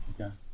Okay